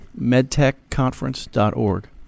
Medtechconference.org